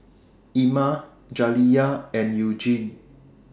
Ima Jaliyah and Eugene